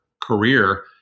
career